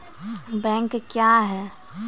Bank क्या हैं?